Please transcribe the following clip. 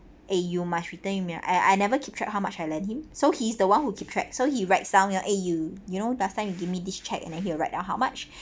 ay you must return give me ah I I never keep track how much I lend him so he's the one who keep track so he writes down ya eh you you know last time you give me this cheque and then he will write down how much